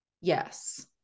yes